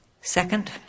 Second